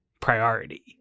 priority